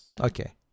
okay